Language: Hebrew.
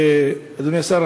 אדוני השר,